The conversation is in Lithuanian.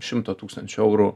šimto tūkstančių eurų